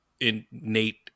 innate